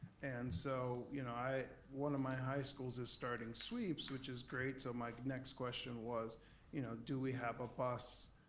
and so you know one of my high schools is starting sweeps which is great. so my next question was you know do we have a bus,